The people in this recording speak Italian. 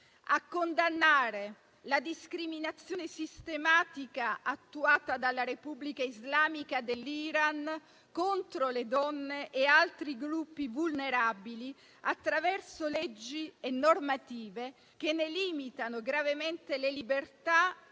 di condannare la discriminazione sistematica attuata dalla Repubblica islamica dell'Iran contro le donne e altri gruppi vulnerabili attraverso leggi e normative che ne limitano gravemente le libertà